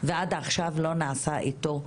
ועד עכשיו לא נעשה איתו כלום.